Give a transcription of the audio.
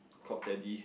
is called Teddy